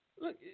Look